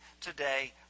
today